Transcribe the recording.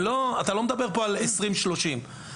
אתה לא מדבר פה על 20-30 חיילים.